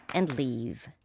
and leave.